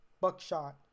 buckshot